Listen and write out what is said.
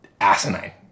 asinine